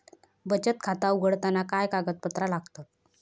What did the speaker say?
बचत खाता उघडताना काय कागदपत्रा लागतत?